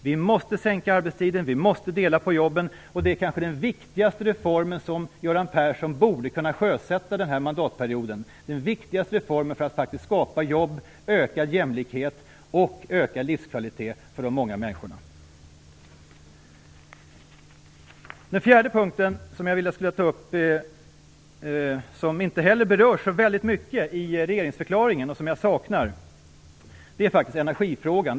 Vi måste sänka arbetstiden, vi måste dela på jobben. Det kanske är den viktigaste reformen som Göran Persson borde kunna sjösätta den här mandatperioden. Det är den viktigaste reformen för att skapa jobb, ökad jämlikhet och ökad livskvalitet för de många människorna. Den fjärde punkten som jag vill ta upp gäller något som inte heller berörs så mycket i regeringsförklaringen och som jag saknar. Det är energifrågan.